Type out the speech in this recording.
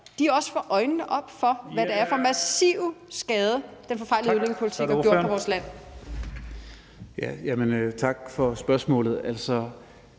også får øjnene op for, hvad det er for massive skader, den forfejlede udlændingepolitik har påført vores land. Kl. 16:01 Første